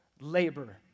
labor